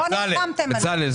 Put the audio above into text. בצלאל,